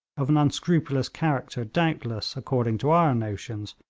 of an unscrupulous character, doubtless, according to our notions,